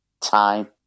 time